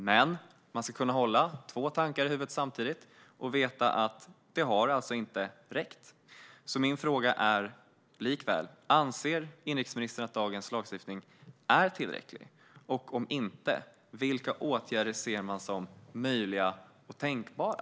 Men man ska kunna hålla två tankar i huvudet samtidigt och veta att det inte har räckt, så min fråga är likväl: Anser inrikesministern att dagens lagstiftning är tillräcklig och, om inte, vilka åtgärder ser man som möjliga och tänkbara?